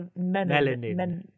melanin